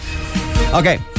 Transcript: Okay